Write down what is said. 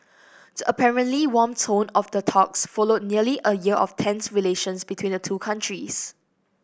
the apparently warm tone of their talks followed nearly a year of tense relations between the two countries